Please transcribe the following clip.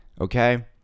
Okay